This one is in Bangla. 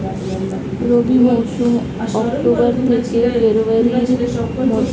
রবি মৌসুম অক্টোবর থেকে ফেব্রুয়ারির মধ্যে